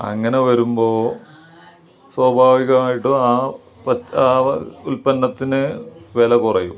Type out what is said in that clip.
അങ്ങനെ വരുമ്പോൾ സ്വാഭാവികമായിട്ടും ആ പത് ആ ഉൽപ്പന്നത്തിന് വില കുറയും